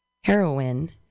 heroin